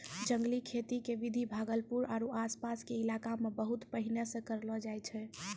जंगली खेती के विधि भागलपुर आरो आस पास के इलाका मॅ बहुत पहिने सॅ करलो जाय छै